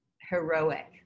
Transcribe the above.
heroic